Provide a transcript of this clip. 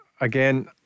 again